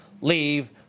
leave